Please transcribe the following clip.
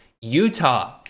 Utah